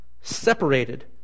separated